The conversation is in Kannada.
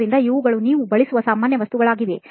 ಆದ್ದರಿಂದ ಇವುಗಳು ನೀವು ಬಳಸುವ ಸಾಮಾನ್ಯ ವಸ್ತುಗಳಾಗಿವೆ